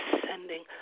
descending